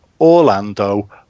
Orlando